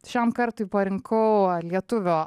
šiam kartui parinkau lietuvio